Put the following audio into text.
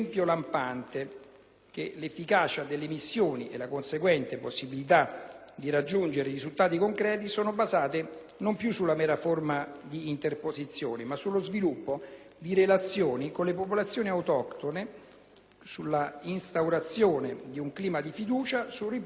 di raggiungere risultati concreti sono basate non più sulla mera forza di interposizione ma sullo sviluppo di relazioni con le popolazioni autoctone, sull'instaurazione di un clima di fiducia, sul ripristino delle strutture essenziali e sulla legittimazione dei Governi locali.